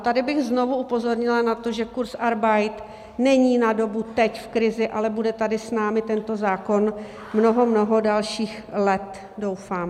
A tady bych znovu upozornila na to, že kurzarbeit není na dobu teď, v krizi, ale bude tady s námi tento zákon mnoho, mnoho dalších let, doufám.